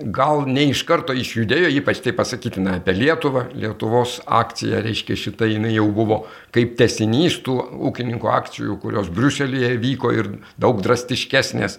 gal ne iš karto išjudėjo ypač tai pasakytina apie lietuvą lietuvos akcija reiškia šita jinai jau buvo kaip tęsinys tų ūkininkų akcijų kurios briuselyje vyko ir daug drastiškesnės